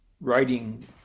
writing